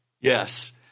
Yes